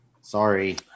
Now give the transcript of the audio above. Sorry